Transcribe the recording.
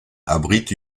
abrite